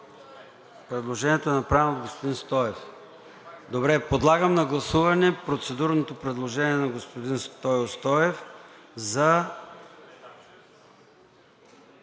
Предложението е направено от господин Стоев. Подлагам на гласуване процедурното предложение на господин Стою Стоев за